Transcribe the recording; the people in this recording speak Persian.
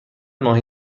ماهی